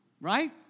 Right